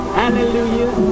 hallelujah